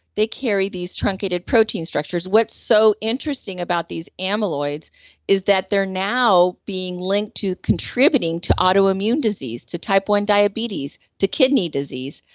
they carry these truncated protein structures. what's so interesting about these amyloids is that they're now being linked to contributing to autoimmune disease, to type one diabetes, to kidney disease,